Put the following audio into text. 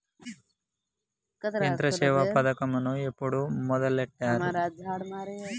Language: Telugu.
యంత్రసేవ పథకమును ఎప్పుడు మొదలెట్టారు?